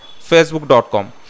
facebook.com